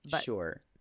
Sure